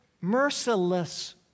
merciless